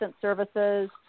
services